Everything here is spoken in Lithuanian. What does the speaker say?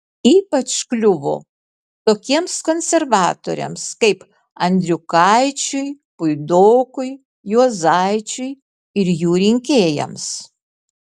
ypač kliuvo tokiems konservatoriams kaip andriukaičiui puidokui juozaičiui ir jų rinkėjams